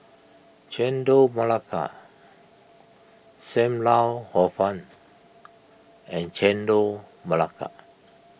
Chendol Melaka Sam Lau Hor Fun and Chendol Melaka